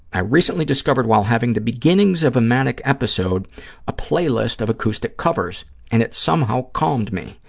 i recently discovered while having the beginnings of a manic episode a playlist of acoustic covers and it somehow calmed me.